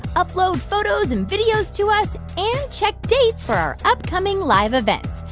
upload photos and videos to us and check dates for our upcoming live events.